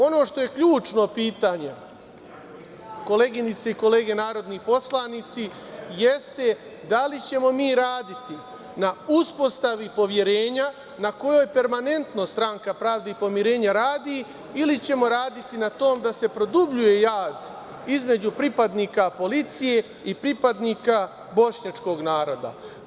Ono što je ključno pitanje, koleginice i kolege narodni poslanici, jeste da li ćemo mi raditi na uspostavi poverenja na kojoj permanentno Stranka pravde i pomirenja radi ili ćemo raditi na tome da se produbljuje jaz između pripadnika policije i pripadnika bošnjačkog naroda.